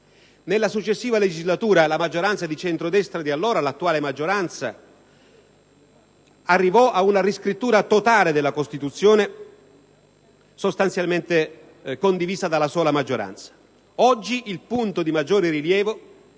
Nella successiva legislatura, la maggioranza di centrodestra di allora, l'attuale maggioranza, arrivò ad una riscrittura totale della Costituzione, sostanzialmente da essa sola condivisa. Oggi il punto politicamente di maggiore rilievo